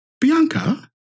Bianca